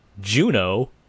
Juno